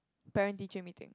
parent teacher meeting